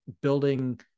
building